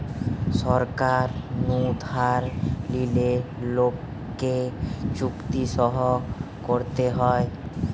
সরকার নু ধার লিলে লোককে চুক্তি সই করতে হয়